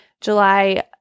July